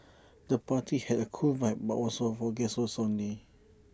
the party had A cool vibe but was for guests only